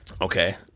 Okay